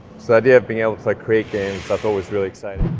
so the idea of being able to like create games i thought was really exciting.